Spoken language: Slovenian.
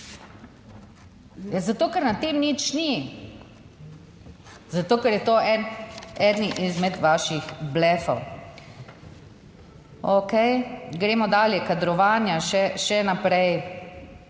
Zato, ker na tem nič ni, zato ker je to en, eden izmed vaših blefov. Okej, gremo dalje. Kadrovanja še naprej.